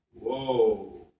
Whoa